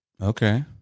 Okay